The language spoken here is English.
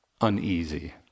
uneasy